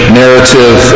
narrative